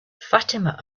fatima